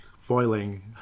foiling